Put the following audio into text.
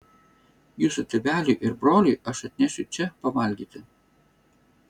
jūsų tėveliui ir broliui aš atnešiu čia pavalgyti